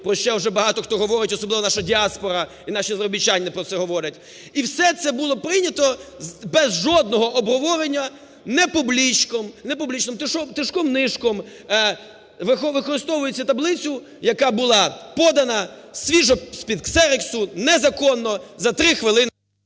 про що вже багато, хто говорить, особливо наша діаспора і наші заробітчани про це говорять. І все це було прийнято без жодного обговорення, не публічно, тишком-нишком, використовуючи таблицю, яка була подана свіжа, з-під ксероксу, незаконно за 3 хвилини…